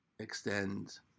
extend